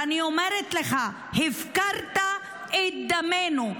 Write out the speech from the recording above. אני אומרת לך, הפקרת את דמנו.